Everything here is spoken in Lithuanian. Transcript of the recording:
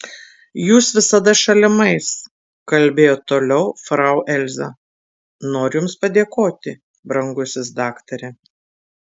jūs visada šalimais kalbėjo toliau frau elza noriu jums padėkoti brangusis daktare